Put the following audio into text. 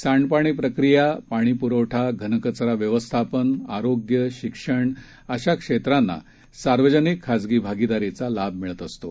सांडपाणी प्रकिया पाणीपुरवठा घनकचरा व्यवस्थापन आरोग्य शिक्षण अशा क्षेत्रांना सार्वजनिक खाजगी भागीदारीचा लाभ मिळतो